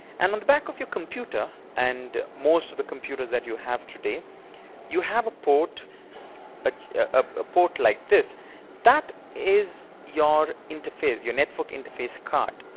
and on the back of your computer and most the computer that you have today you have a port ah a port like this that is your interface, your network interface card.